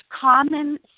common